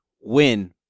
win